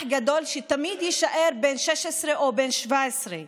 אח גדול שתמיד יישאר בן 16 או בן 17,